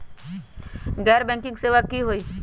गैर बैंकिंग सेवा की होई?